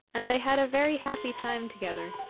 and they had a very happy time together,